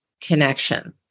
connection